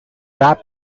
wrap